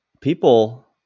people